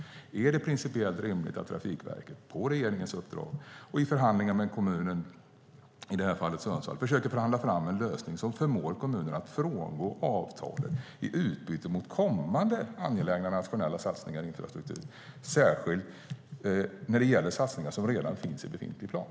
Är det principiellt rimligt att Trafikverket på regeringens uppdrag och i förhandlingar med kommunen, i det här fallet Sundsvall, försöker förhandla fram en lösning som förmår kommuner att frångå avtalet i utbyte mot kommande angelägna nationella satsningar i infrastruktur, särskilt när det gäller satsningar som redan finns i befintlig plan?